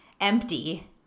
empty